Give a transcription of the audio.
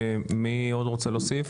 מי עוד רוצה להוסיף?